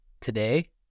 today